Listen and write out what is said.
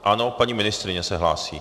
Ano, paní ministryně se hlásí.